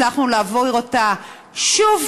הצלחנו להעביר אותה שוב.